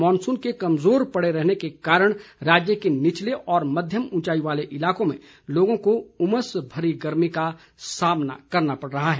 monsoon के कमजोर पड़े रहने के कारण राज्य के निचले और मध्यम ऊंचाई वाले इलाकों में लोगों को उमस भरी गर्मी का सामना करना पड़ रहा है